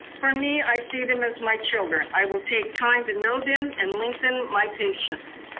for me, i see them as my children. i will take time to know them and lengthen my patience.